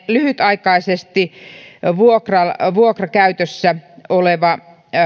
lyhytaikaisessa vuokrakäytössä